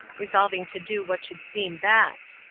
resolving to do what should seem best.